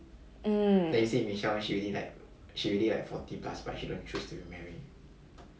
mm